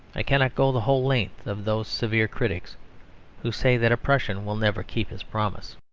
i cannot go the whole length of those severe critics who say that a prussian will never keep his promise.